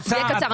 זה יהיה קצר.